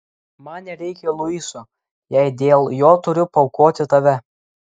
man nereikia luiso jei dėl jo turiu paaukoti tave